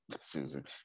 Susan